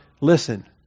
listen